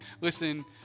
Listen